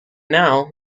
now